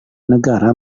negara